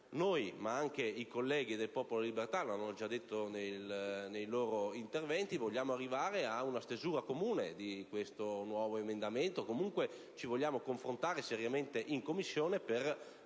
Noi - ma anche i colleghi del Popolo della Libertà lo avevano detto nei loro interventi - vogliamo arrivare una stesura comune di questo nuovo emendamento, e intendiamo confrontarci seriamente in Commissione per